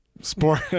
Sport